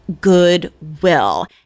goodwill